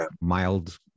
mild